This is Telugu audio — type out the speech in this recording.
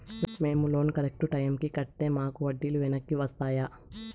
మేము లోను కరెక్టు టైముకి కట్టితే మాకు వడ్డీ లు వెనక్కి వస్తాయా?